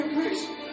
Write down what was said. Please